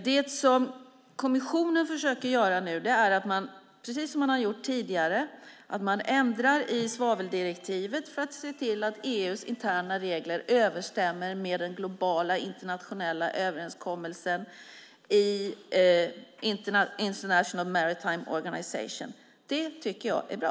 Det som kommissionen nu försöker göra är, precis som man har gjort tidigare, att ändra i svaveldirektivet för att se till att EU:s interna regler överensstämmer med den globala internationella överenskommelsen i International Maritime Organization. Det tycker jag är bra.